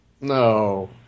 No